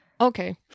okay